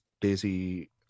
Daisy